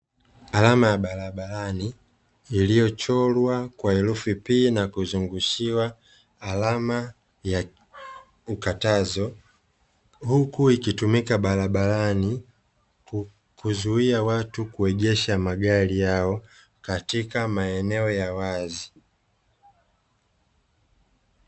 Alama ya barabarani iliyochorwa kwa herufi "P" na kuzungushiwa alama ya ukatazo, huku ikitumika barabarani kuzuia watu kuegesha magari yao katika maeneo ya wazi.